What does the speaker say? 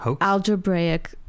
algebraic